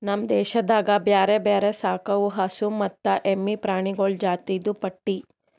ನಮ್ ದೇಶದಾಗ್ ಬ್ಯಾರೆ ಬ್ಯಾರೆ ಸಾಕವು ಹಸು ಮತ್ತ ಎಮ್ಮಿ ಪ್ರಾಣಿಗೊಳ್ದು ಜಾತಿದು ಪಟ್ಟಿ